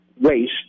waste